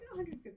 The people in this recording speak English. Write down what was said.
150